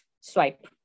swipe